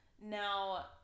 now